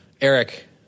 Eric